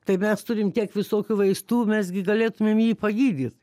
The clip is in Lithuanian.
tai mes turim tiek visokių vaistų mes gi galėtumėm jį pagydyt